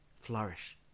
flourish